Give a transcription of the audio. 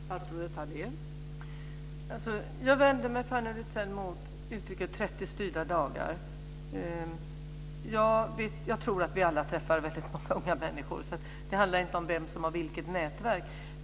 Fru talman! Jag vänder mig, Fanny Rizell, mot uttrycket 30 styrda dagar. Jag tror att vi alla träffar väldigt många unga människor, så det handlar inte om vem som har vilket nätverk.